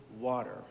water